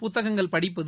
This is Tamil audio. புத்தகங்கள் படிப்பது